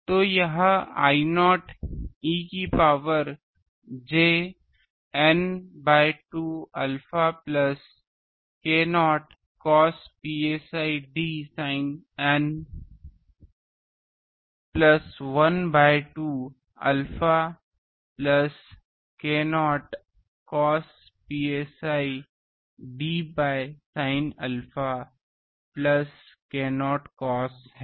तो यह I0 e की power j N by 2 alpha plus k0 cos psi d sin N plus 1 by 2 alpha plus k0 cos psi d by sin Alpha plus k0 cos है